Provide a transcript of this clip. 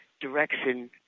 direction